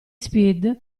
spid